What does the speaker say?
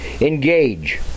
engage